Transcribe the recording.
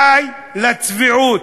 די לצביעות.